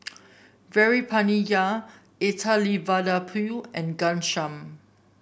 Veerapandiya Elattuvalapil and Ghanshyam